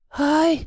hi